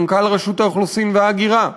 מנכ"ל רשות האוכלוסין וההגירה.